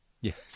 Yes